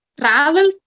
travel